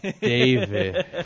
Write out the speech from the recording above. David